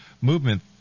movement